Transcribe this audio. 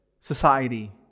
society